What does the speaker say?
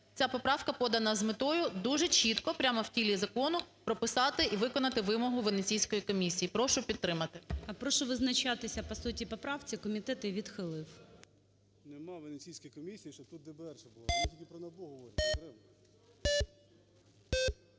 Ця поправка подана з метою дуже чітко, прямо в тілі закону, прописати і виконати вимогу Венеційської комісії. Прошу підтримати. ГОЛОВУЮЧИЙ. Прошу визначатися по суті поправки. Комітет її відхилив.